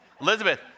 Elizabeth